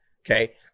okay